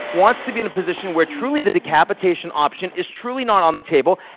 wants to be in a position where, truly, the decapitation option is truly not on the table,